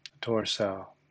torso